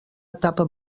etapa